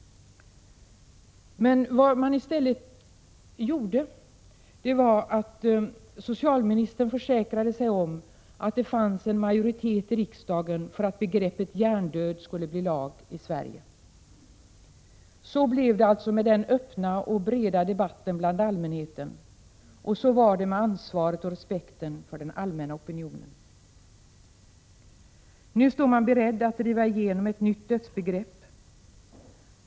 I stället försäkrade sig socialministern om att det fanns en majoritet i riksdagen för att begreppet hjärndöd skulle bli lag i Sverige. Så blev det alltså med den öppna och breda debatten bland allmänheten och så var det med ansvaret och respekten för den allmänna opinionen. Nu är man beredd att driva igenom ett nytt dödsbegrepp.